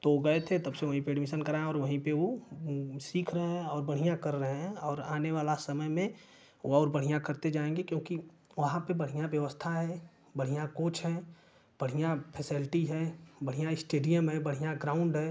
तो गए थे तब से वहीं पर एडमीसन कराएँ हैं और वहीं पर वो सीख रहे हैं और बढ़िया कर रहे हैं और आने वाला समय में वो और बढ़िया करते जाएंगे क्योंकि वहाँ पर बढ़िया व्यवस्था है बढ़िया कोच हैं बढ़िया फैसल्टी है बढ़िया इस्टेडियम है बढ़िया ग्राउन्ड है